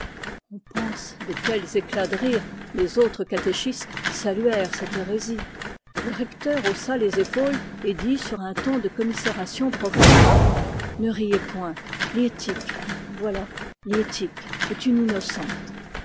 on pense de quels éclats de rire les autres catéchistes saluèrent cette hérésie le recteur haussa les épaules et dit sur un ton de commisération profonde ne riez point liettik voilà liettik est une innocente